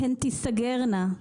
והן תיסגרנה.